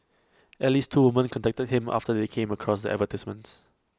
at least two women contacted him after they came across the advertisements